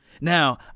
Now